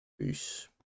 peace